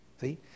See